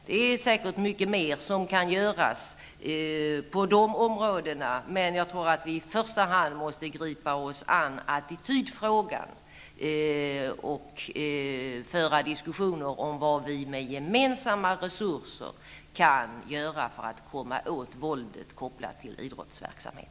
Det finns säkert mycket mer som kan göras på de områdena, men jag tror att vi i första hand måste gripa oss an attitydfrågan och föra diskussioner om vad vi med gemensamma resurser kan göra för att komma åt våldet kopplat till idrottsverksamhet.